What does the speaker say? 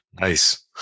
Nice